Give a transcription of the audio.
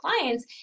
clients